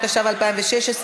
התשע"ו 2016,